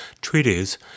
treaties